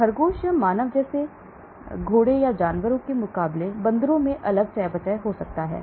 खरगोश या मानव जैसे घोड़ों या जानवरों के मुकाबले बंदरों में अलग चयापचय हो सकता है